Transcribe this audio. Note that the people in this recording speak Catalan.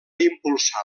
impulsar